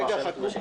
רגע, חכו.